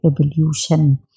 evolution